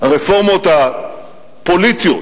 הרפורמות הפוליטיות